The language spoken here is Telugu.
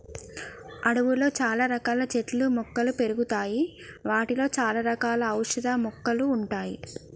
అడవిలో చాల రకాల చెట్లు మొక్కలు పెరుగుతాయి వాటిలో చాల రకాల ఔషధ మొక్కలు ఉంటాయి